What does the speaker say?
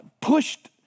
pushed